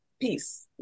peace